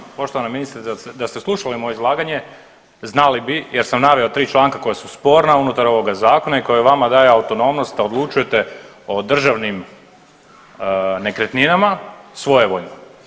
Čl. 238, poštovana ministrice, da ste slušali moje izlaganje, znali bi, jer sam naveo 3 članka koja su sporna unutar ovoga Zakona i koji vama daje autonomnost da odlučujete o državnim nekretninama svojevoljno.